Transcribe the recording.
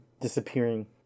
disappearing